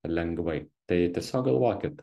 lengvai tai tiesiog galvokit